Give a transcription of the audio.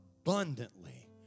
abundantly